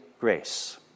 Grace